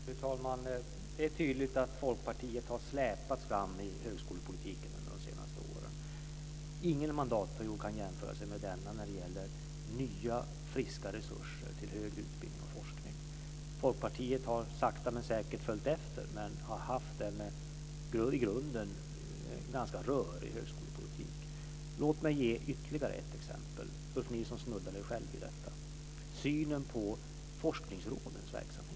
Fru talman! Det är tydligt att Folkpartiet har släpats fram i högskolepolitiken under de senaste åren. Ingen mandatperiod kan jämföras med denna när det gäller nya, friska resurser till högre utbildning och forskning. Folkpartiet har sakta men säkert följt efter men har haft en i grunden ganska rörig högskolepolitik. Låt mig ge ytterligare ett exempel - Ulf Nilsson snuddade själv vid detta. Det gäller synen på forskningsrådens verksamhet.